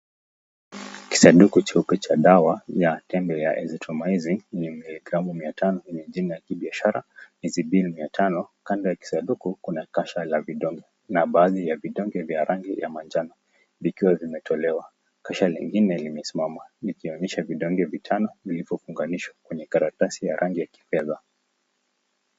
Kisanduku cheupe cha dawa ya tembe ya Azithromycin yenye miligramu 500 yenye jina la kibiashara 500. Kando ya kisanduku kuna kasha la vidonge na baadhi ya vidonge vya rangi ya manjano vikiwa vimetolewa. Kasha lingine limesimama likihamisha vidonge vitano vilivyofunganishwa kwenye karatasi ya rangi ya kifedha.